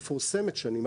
היא מפורסמת שנים.